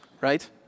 right